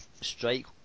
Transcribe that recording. Strike